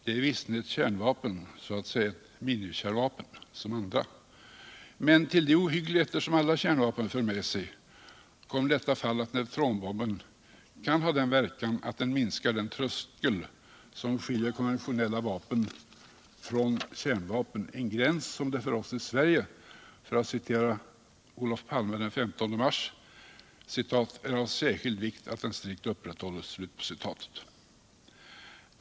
Det är visserligen ett kärnvapen — ett minikärnvapen som många andra — men till de ohyggligheter som alla kärnvapen fört med sig kommer i detta fall att neutronbomben kan sägas minska den tröskel som skiljer konventionella vapen från kärnvapen. en gräns som det för oss i Sverige, för att citera Olof Palme den 15 mars, ”är av särskild vikt att den strikt upprätthålles”.